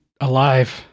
Alive